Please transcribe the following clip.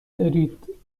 دارید